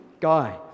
Guy